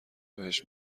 بهش